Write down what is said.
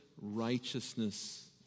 righteousness